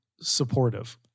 supportive